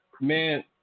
man